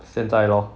现在 lor